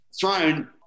thrown